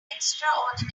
extraordinary